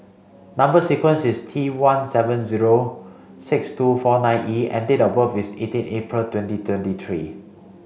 number sequence is T one seven zero six two four nine E and date of birth is eighteen April twenty twenty three